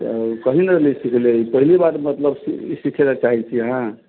कहीं न रहियै सिखले ई पहिल बार मतलब सिखैला चाहै छियै अहाँ